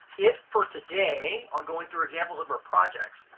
it for today on going through examples of our projects.